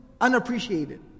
unappreciated